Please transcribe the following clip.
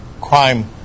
crime